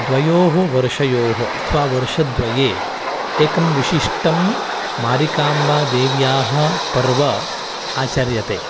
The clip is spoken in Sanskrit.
द्वयोः वर्षयोः अथवा वर्षद्वये एकं विशिष्टं मारिकाम्बादेव्याः पर्व आचर्यते